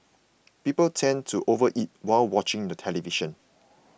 people tend to overeat while watching the television